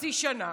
חצי שנה.